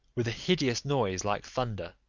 with a hideous noise like thunder,